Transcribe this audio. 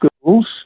schools